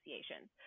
associations